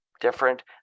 different